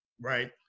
right